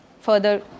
further